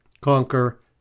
conquer